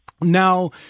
Now